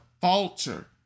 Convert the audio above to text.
falter